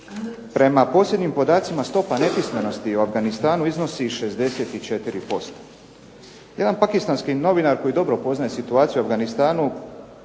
prema posljednjim podacima stopa nepismenosti u Afganistanu iznosi 64%. Jedan pakistanski novinar koji dobro poznaje situaciju u Afganistanu